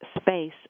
space